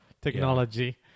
Technology